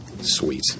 Sweet